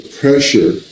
pressure